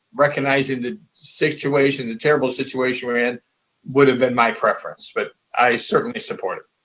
recognizing the situation, the terrible situation we're in would have been my preference. but i certainly support it.